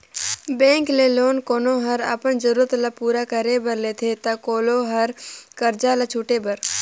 bank ले loan कोनो हर अपन जरूरत ल पूरा करे बर लेथे ता कोलो हर करजा ल छुटे बर